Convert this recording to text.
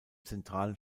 zentralen